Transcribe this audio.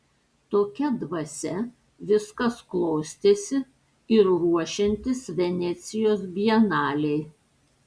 tokia dvasia viskas klostėsi ir ruošiantis venecijos bienalei